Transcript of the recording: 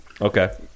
Okay